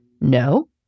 No